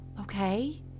okay